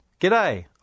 G'day